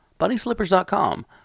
BunnySlippers.com